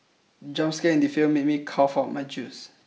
the jump scare in the film made me cough out my juice